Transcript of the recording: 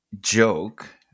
joke